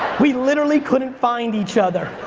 we literally couldn't find each other.